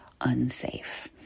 unsafe